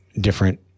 different